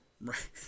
Right